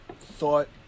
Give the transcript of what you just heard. thought